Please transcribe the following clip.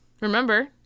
remember